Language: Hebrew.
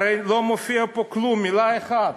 הרי לא מופיע פה כלום, מילה אחת.